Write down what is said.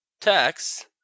Tax